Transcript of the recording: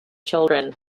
children